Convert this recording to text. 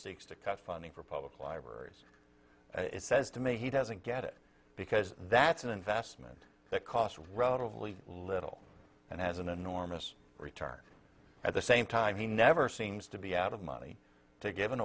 sticks to cut funding for public libraries it says to me he doesn't get it because that's an investment that cost relatively little and has an enormous return at the same time he never seems to be out of money to given